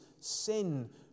sin